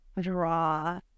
draw